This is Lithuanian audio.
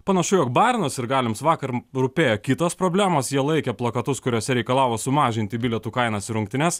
panašu jog bajerno sirgaliams vakar rūpėjo kitos problemos jie laikė plakatus kuriuose reikalavo sumažinti bilietų kainas į rungtynes